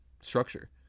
structure